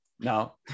now